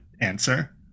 answer